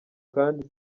kandi